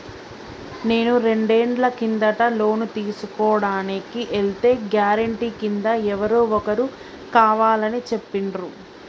నేను రెండేళ్ల కిందట లోను తీసుకోడానికి ఎల్తే గారెంటీ కింద ఎవరో ఒకరు కావాలని చెప్పిండ్రు